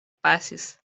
pasis